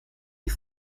die